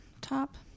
top